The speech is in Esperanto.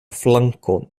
flanko